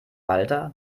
walter